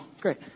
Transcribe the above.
Great